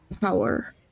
power